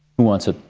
who wants to.